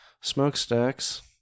smokestacks